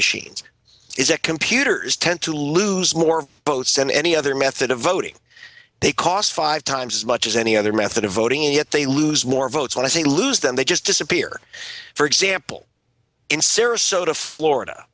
machines is that computers tend to lose more votes than any other method of voting they cost five times as much as any other method of voting yet they lose more votes when i say lose than they just disappear for example in sarasota florida